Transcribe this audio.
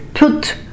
Put